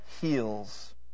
heals